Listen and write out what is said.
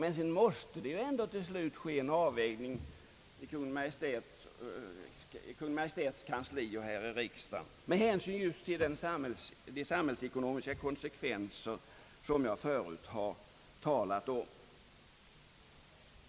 Till slut måste det ändå ske en avvägning i Kungl. Maj:ts kansli och här i riksdagen med hänsyn till de samhällsekonomiska konsekvenser som jag förut har talat om.